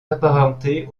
apparentés